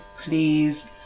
please